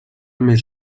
més